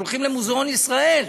הולכים למוזאון ישראל,